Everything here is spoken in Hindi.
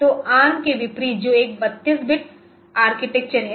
तो एआरएम के विपरीत जो एक 32 बिट आरआईएससी आर्किटेक्चर है